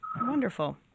Wonderful